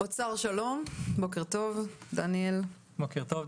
משרד האוצר, שלום, בוקר טוב, דניאל, בבקשה.